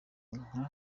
nka